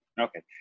Okay